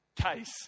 case